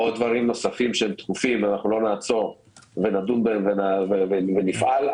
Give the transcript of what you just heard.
דברים נוספים דחופים לא נעצור ונדון בהן ונפעל,